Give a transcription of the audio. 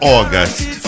August